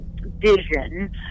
vision